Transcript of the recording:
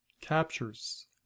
Captures